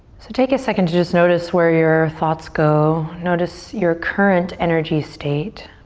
so take a second to just notice where your thoughts go. notice your current energy state.